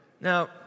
Now